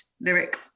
lyric